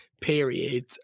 period